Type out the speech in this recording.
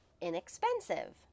Inexpensive